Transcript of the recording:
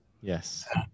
Yes